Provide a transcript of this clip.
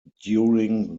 during